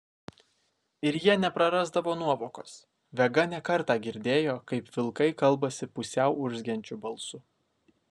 ir jie neprarasdavo nuovokos vega ne kartą girdėjo kaip vilkai kalbasi pusiau urzgiančiu balsu